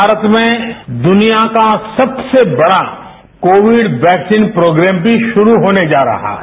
भारत में दुनिया का सबसे बड़ा कोविड वैक्सीन प्रोग्रेम भी शुरू होने जा रहा है